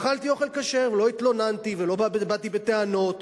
אכלתי אוכל כשר ולא התלוננתי ולא באתי בטענות,